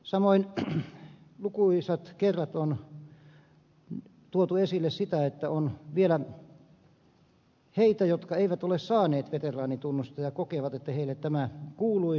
samoin lukuisat kerrat on tuotu esille sitä että on vielä heitä jotka eivät ole saaneet veteraanitunnusta ja kokevat että heille tämä kuuluisi